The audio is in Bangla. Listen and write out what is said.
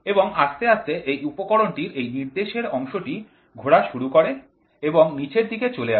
এবং আস্তে আস্তে এই উপকরণটির এই নির্দেশের অংশটি ঘোরা শুরু করে এবং নিচের দিকে চলে আসে